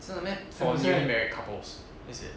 真的 meh for newly married couples is it